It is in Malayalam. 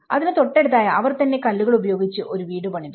അതിനു തൊട്ടടുത്തായി അവർ തന്നെ കല്ലുകൾ ഉപയോഗിച്ച് ഒരു വീട് പണിതു